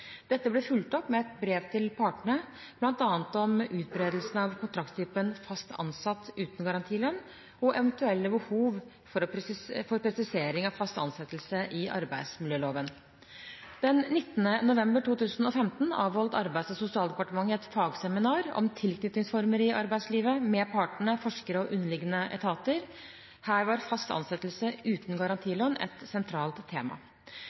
Dette ble fulgt opp med et brev til partene, bl.a. om utbredelsen av kontraktstypen «fast ansatt uten garantilønn» og eventuelle behov for presisering av «fast ansettelse» i arbeidsmiljøloven. Den 19. november 2015 avholdt Arbeids- og sosialdepartementet et fagseminar om tilknytningsformer i arbeidslivet med partene, forskere og underliggende etater. Her var fast ansettelse uten garantilønn et sentralt tema.